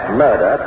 murder